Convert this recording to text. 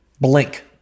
blink